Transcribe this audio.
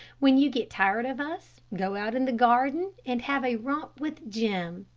when you get tired of us go out in the garden and have a romp with jim.